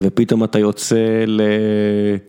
ופתאום אתה יוצא ל...